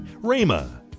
RAMA